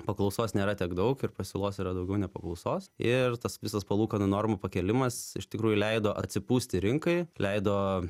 paklausos nėra tiek daug ir pasiūlos yra daugiau nei paklausos ir tas visas palūkanų normų pakėlimas iš tikrųjų leido atsipūsti rinkai leido